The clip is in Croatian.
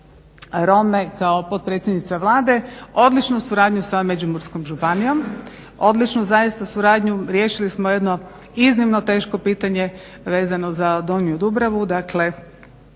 Rome kao potpredsjednica Vlade, odličnu suradnju sa Međimurskom županijom, odličnu zaista suradnju, riješili smo jedno zaista iznimno teško pitanje vezano za Donju Dubravu, dakle